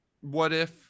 what-if